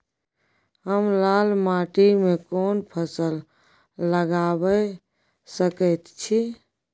हम लाल माटी में कोन फसल लगाबै सकेत छी?